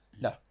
No